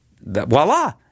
voila